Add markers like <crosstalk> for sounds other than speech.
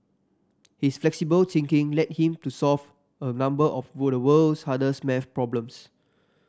his flexible thinking led him to solve a number of <unintelligible> the world's hardest maths problems